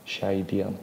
šiai dienai